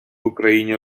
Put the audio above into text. україні